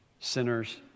sinners